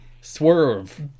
swerve